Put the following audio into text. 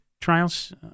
trials